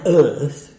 earth